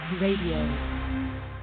Radio